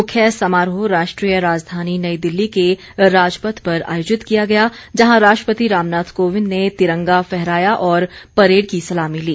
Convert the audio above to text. मुख्य समारोह राष्ट्रीय राजधानी नई दिल्ली के राजपथ पर आयोजित किया गया जहां राष्ट्रपति रामनाथ कोविंद ने तिरंगा फहराया और परेड की सलामी ली